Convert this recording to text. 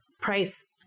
price